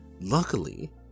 Luckily